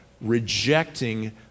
rejecting